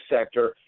sector